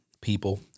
people